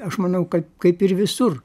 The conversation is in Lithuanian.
aš manau kad kaip ir visur